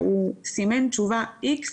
שהוא סימן תשובה איקס,